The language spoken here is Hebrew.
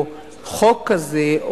או חוק כזה,